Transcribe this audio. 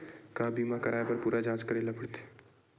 का बीमा कराए बर पूरा जांच करेला पड़थे?